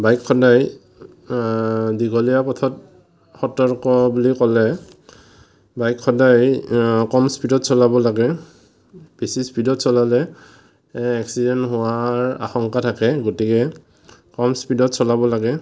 bike সদায় দীঘলীয়া পথত সতৰ্ক বুলি ক'লে বাইক সদায় কম স্পীডত চলাব লাগে বেছি স্পীডত চলালে এক্সিডেণ্ট হোৱাৰ আশংকা থাকে গতিকে কম স্পীডত চলাব লাগে